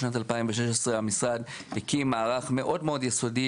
בשנת 2016 המשרד הקים מערך מאוד מאוד יסודי